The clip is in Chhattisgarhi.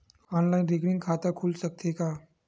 ऑनलाइन रिकरिंग खाता खुल सकथे का?